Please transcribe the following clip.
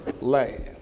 land